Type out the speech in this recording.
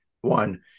one